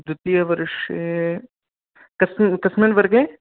द्वितियवर्षे कस्मि कस्मिन् वर्गे